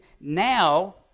now